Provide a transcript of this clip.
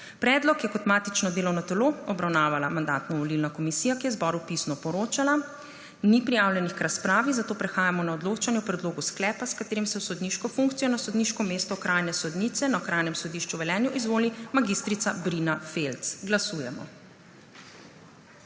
Predlog je kot matično delovno telo obravnavala Mandatno-volilna komisija, ki je zboru pisno poročala. Prijavljenih k razpravi ni, zato prehajamo na odločanje o predlogu sklepa, s katerim se v sodniško funkcijo na sodniško mesto okrajne sodnice na Okrajnem sodišču v Sežani izvoli Mojca Švara Buda. Glasujemo.